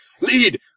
Lead